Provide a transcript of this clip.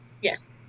Yes